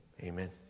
Amen